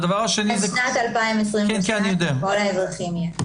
עד 2022 לכל האזרחים יהיה.